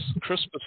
Christmas